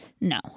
No